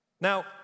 Now